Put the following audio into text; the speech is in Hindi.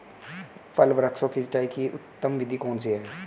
फल वृक्षों की सिंचाई की उत्तम विधि कौन सी है?